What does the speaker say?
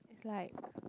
is like